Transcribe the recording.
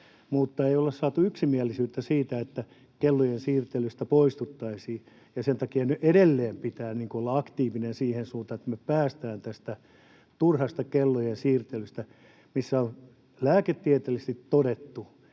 mutta ei olla saatu yksimielisyyttä siitä, että kellojen siirtelystä poistuttaisiin, ja sen takia edelleen pitää olla aktiivinen siihen suuntaan, että me päästään tästä turhasta kellojen siirtelystä, mistä on lääketieteellisesti todettu,